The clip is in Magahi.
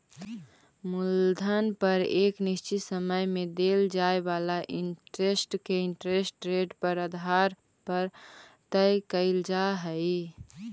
मूलधन पर एक निश्चित समय में देल जाए वाला इंटरेस्ट के इंटरेस्ट रेट के आधार पर तय कईल जा हई